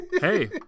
hey